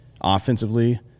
offensively